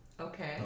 Okay